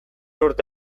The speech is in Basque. urte